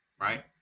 right